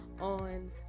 On